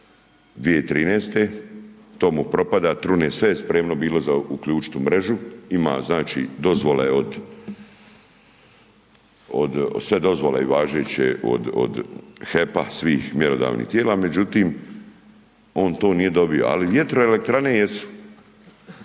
2013., to mu propada, trune sve, spremno bilo za uključit u mrežu, ima znači sve dozvole važeće od HEP-a, svih mjerodavnih tijela, međutim on to nije dobio ali vjetroelektrane jesu.